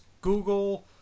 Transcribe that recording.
Google